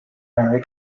mary